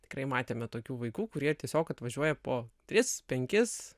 tikrai matėme tokių vaikų kurie tiesiog atvažiuoja po tris penkis